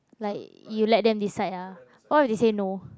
like you let them decide ah what if they say no